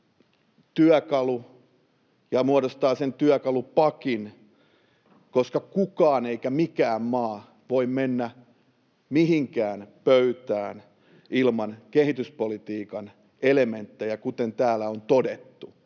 työkalu ja muodostaa sen työkalupakin, koska ei kukaan eikä mikään maa voi mennä mihinkään pöytään ilman kehityspolitiikan elementtejä, kuten täällä on todettu.